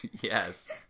yes